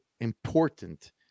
important